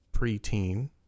preteen